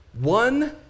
One